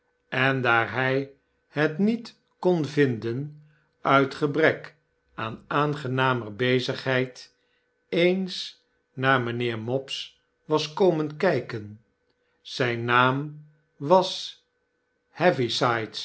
en daar hy het niet kon vinden uit gebrek aan aangenamer bezigheid eens naar mynheer mopes was komen kijken zijn naam was